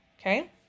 Okay